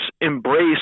embrace